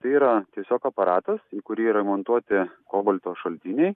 tai yra tiesiog aparatas į kurį yra įmontuoti kobalto šaltiniai